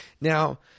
Now